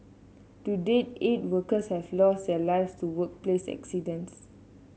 to date eight workers have lost their lives to workplace accidents